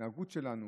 להתנהגות שלנו,